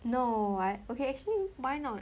no I okay actually why not